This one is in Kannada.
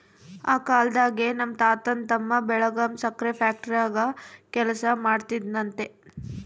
ಆ ಕಾಲ್ದಾಗೆ ನಮ್ ತಾತನ್ ತಮ್ಮ ಬೆಳಗಾಂ ಸಕ್ರೆ ಫ್ಯಾಕ್ಟರಾಗ ಕೆಲಸ ಮಾಡ್ತಿದ್ನಂತೆ